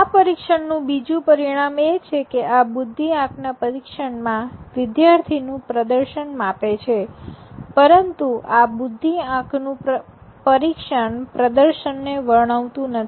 આ પરીક્ષણ નું બીજું પરિણામ એ છે કે આ બુદ્ધિઆંક ના પરીક્ષણમાં વિદ્યાર્થી નું પ્રદર્શન માપે છે પરંતુ આ બુદ્ધિ આંકનું પરીક્ષણ પ્રદર્શનને વર્ણવતું નથી